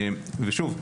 ושוב,